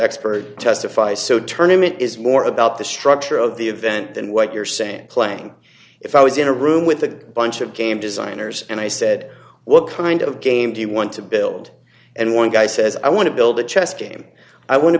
expert testify sauterne him it is more about the structure of the event than what you're saying playing if i was in a room with a bunch of game designers and i said what kind of game do you want to build and one guy says i want to build a chess game i want to